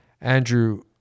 Andrew